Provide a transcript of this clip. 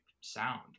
sound